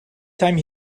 time